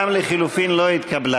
גם לחלופין לא התקבלה.